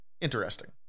Interesting